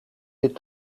dit